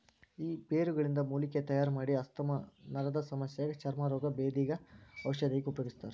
ಈ ಬೇರುಗಳಿಂದ ಮೂಲಿಕೆ ತಯಾರಮಾಡಿ ಆಸ್ತಮಾ ನರದಸಮಸ್ಯಗ ಚರ್ಮ ರೋಗ, ಬೇಧಿಗ ಔಷಧಿಯಾಗಿ ಉಪಯೋಗಿಸ್ತಾರ